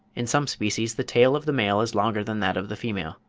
in some species, the tail of the male is longer than that of the female.